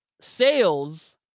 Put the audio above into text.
sales